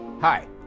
Hi